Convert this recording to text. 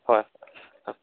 ꯍꯣꯏ ꯑꯥ